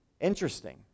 Interesting